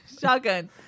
Shotgun